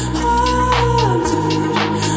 haunted